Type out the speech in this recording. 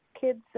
kids